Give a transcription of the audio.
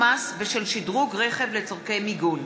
הוספת אמצעי ספיגה למבוגרים לסל שירותי הבריאות),